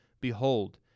Behold